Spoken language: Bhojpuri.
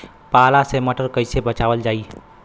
पाला से मटर कईसे बचावल जाई?